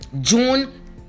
June